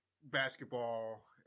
basketball